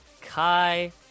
Kai